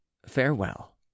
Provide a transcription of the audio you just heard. Farewell